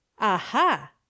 Aha